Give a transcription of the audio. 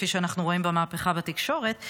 כפי שאנחנו רואים במהפכה בתקשורת,